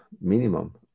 minimum